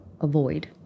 avoid